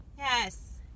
Yes